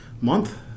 month